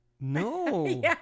No